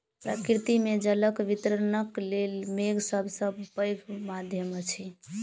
प्रकृति मे जलक वितरणक लेल मेघ सभ सॅ पैघ माध्यम अछि